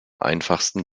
einfachsten